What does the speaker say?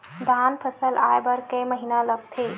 धान फसल आय बर कय महिना लगथे?